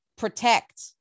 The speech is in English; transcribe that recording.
Protect